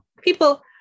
people